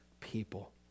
people